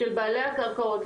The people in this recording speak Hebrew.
של בעלי הקרקעות,